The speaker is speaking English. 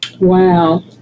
Wow